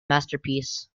masterpiece